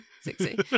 Sexy